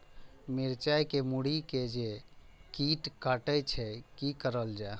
मिरचाय के मुरी के जे कीट कटे छे की करल जाय?